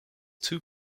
two